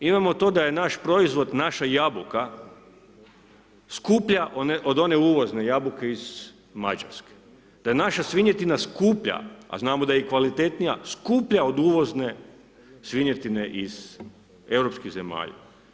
Imamo to da je naš proizvod, naša jabuka skuplja od one uvozne jabuke iz Mađarske, da je naša svinjetina skuplja a znamo da je i kvalitetnija skuplja od uvozne svinjetine iz europskih zemalja.